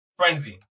Frenzy